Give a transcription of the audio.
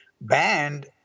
banned